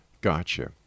Gotcha